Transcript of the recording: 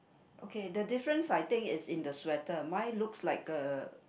okay the difference I think is in the sweater mine looks like a